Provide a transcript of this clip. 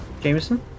Jameson